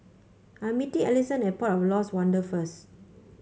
I am meeting Alisson at Port of Lost Wonder first